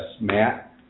Matt